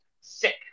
sick